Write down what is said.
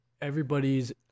everybody's